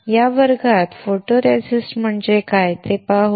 या वर्गात आपण फोटोरेसिस्ट म्हणजे काय ते पाहू